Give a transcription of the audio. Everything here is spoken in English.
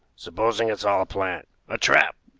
supposing it's all a plant a trap!